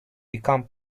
become